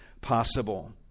possible